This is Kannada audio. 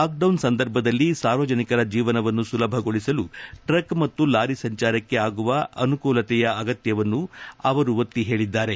ಲಾಕ್ಡೌನ್ ಸಂದರ್ಭದಲ್ಲಿ ಸಾರ್ವಜನಿಕರ ಜೀವನವನ್ನು ಸುಲಭಗೊಳಿಸಲು ಟ್ರಕ್ ಮತ್ತು ಲಾರಿ ಸಂಚಾರಕ್ಕೆ ಆಗುವ ಅನುಕೂಲತೆಯ ಅಗತ್ಯವನ್ನು ಅವರು ಒತ್ತಿ ಹೇಳಿದ್ದಾರೆ